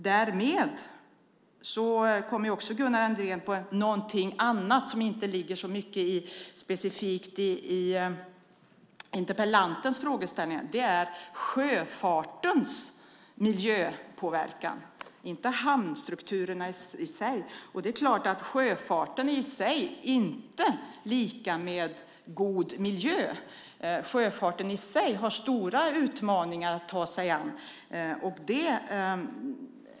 Därmed kommer också Gunnar Andrén in på någonting som inte ligger specifikt i interpellantens frågeställningar. Det är sjöfartens miljöpåverkan, inte hamnstrukturerna i sig. Det är klart att sjöfarten i sig inte är lika med god miljö. Sjöfarten i sig har stora utmaningar att ta sig an.